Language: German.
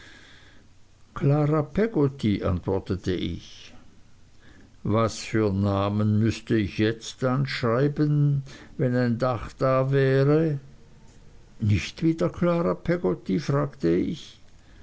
peggotty antwortete ich was fürn namen müßt ich jetzt anschreiben wenn ein dach da wäre nicht wieder klara peggotty fragte ich